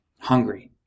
hungry